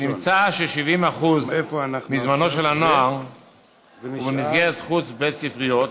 נמצא ש-70% מזמנו של הנער הוא במסגרות חוץ-בית-ספריות,